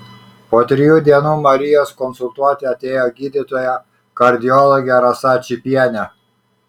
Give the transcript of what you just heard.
po trijų dienų marijos konsultuoti atėjo gydytoja kardiologė rasa čypienė